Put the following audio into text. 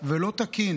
ולא תקין